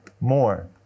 more